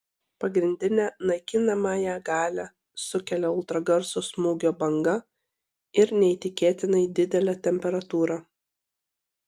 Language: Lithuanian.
pagrindinę naikinamąją galią sukelia ultragarso smūgio banga ir neįtikėtinai didelė temperatūra